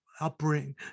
upbringing